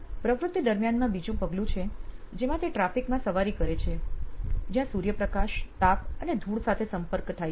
પ્રવૃત્તિ દરમિયાનમાં બીજું પગલું છે જેમાં તે ટ્રાફિક માં સવારી કરે છે જ્યાં સૂર્યપ્રકાશ તાપ અને ધૂળમાં સંપર્ક થાય છે